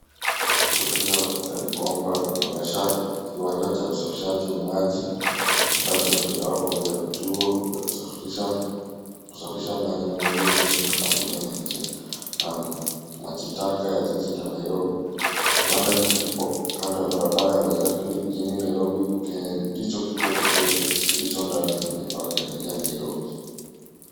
Kueleza picha ni kwamba inaonyesha kiwanda cha usafishaji wa maji ambacho ni mojawapo ya vituo vya kusafirisha maji inayoendeshwa na kampuni ya maji taka ya jiji la Nairobi. Kiwanda hiki kipo kando ya barabara ya waiyaki way jijini Nairobi ambacho ndicho kituo pekee kilicho ndani ya kaunti ya Nairobi.